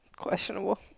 Questionable